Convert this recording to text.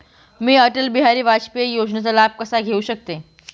मी अटल बिहारी वाजपेयी योजनेचा लाभ कसा घेऊ शकते?